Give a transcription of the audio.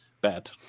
bad